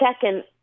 second